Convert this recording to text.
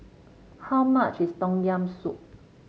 how much is Tom Yam Soup